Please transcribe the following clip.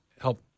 help